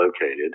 located